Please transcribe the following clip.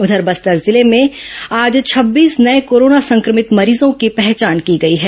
उधर बस्तर जिले में आज छब्बीस नये कोरोना संक्रमित मरीजों की पहचान की गई है